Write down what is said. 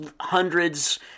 hundreds